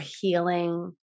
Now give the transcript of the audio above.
healing